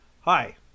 hi